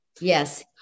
Yes